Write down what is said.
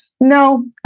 no